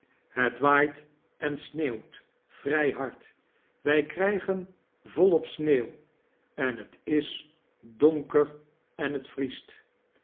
het waait en sneeuwt vrij liard wij krijgen volop sneeuw en t is donker en t vriest